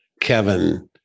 Kevin